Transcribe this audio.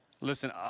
Listen